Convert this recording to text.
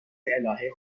الهه